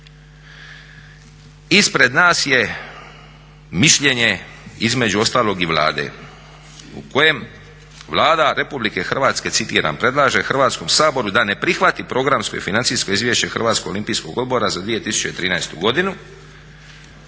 Ispred nas je mišljenje između ostalog i Vlade u kojem Vlada Republike Hrvatske: "Predlaže Hrvatskom saboru da ne prihvati programsko i financijsko izvješće HOO-a za 2013. godinu."